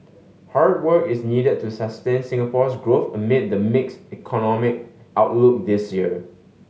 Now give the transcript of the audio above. hard work is needed to sustain Singapore's growth amid the mixed economic outlook this year